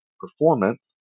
performance